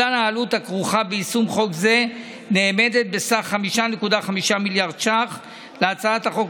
אנחנו עוברים להסתייגות 909, הצבעה.